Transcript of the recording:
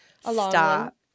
Stop